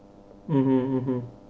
(uh huh)